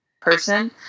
person